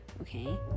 okay